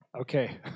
Okay